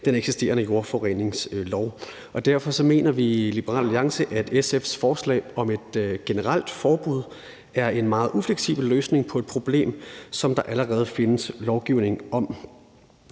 den eksisterende jordforureningslov. Derfor mener vi i Liberal Alliance, at SF's forslag om et generelt forbud er en meget ufleksibel løsning på et problem, som der allerede findes lovgivning om.